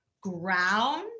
ground